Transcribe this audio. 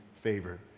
favor